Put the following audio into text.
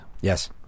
Yes